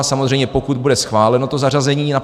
Samozřejmě pokud bude schváleno to zařazení napevno.